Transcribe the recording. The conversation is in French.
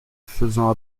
faisant